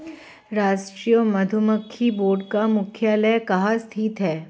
राष्ट्रीय मधुमक्खी बोर्ड का मुख्यालय कहाँ स्थित है?